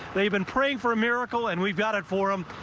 they've been praying for a miracle, and we've got it for um